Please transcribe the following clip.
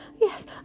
yes